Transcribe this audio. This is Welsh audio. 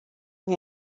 mae